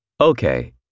Okay